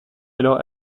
alors